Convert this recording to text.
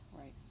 Right